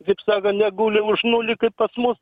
kaip sakan neguli už nulį kaip mus